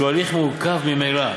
שהוא הליך מורכב ממילא.